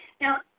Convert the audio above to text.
Now